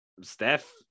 Steph